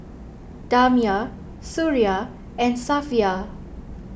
Damia Suria and Safiya